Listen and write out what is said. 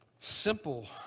simple